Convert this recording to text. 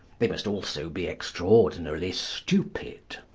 they must also be extraordinarily stupid.